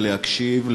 להקשיב,